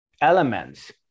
elements